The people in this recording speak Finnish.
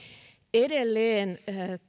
edelleen